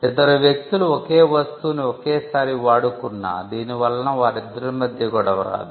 ఇద్దరు వ్యక్తులు ఒకే వస్తువుని ఒకే సారి వాడుకున్నా దీని వలన వారిద్దరి మధ్య గొడవ రాదు